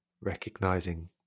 recognizing